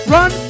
Run